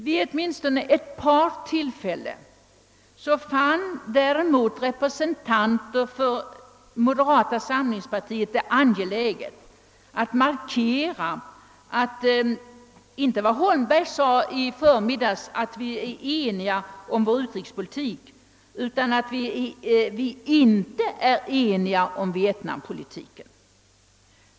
Vid åtminstone ett par tillfällen fann däremot representanter för moderata samlingspartiet det angeläget att markera inte vad herr Holmberg sade i förmiddags att vi är eniga om vår utrikespolitik utan att vi tvärtom inte skulle vara eniga om Vietnam politiken.